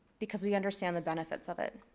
because we understand the benefits of it.